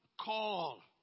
call